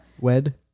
Wed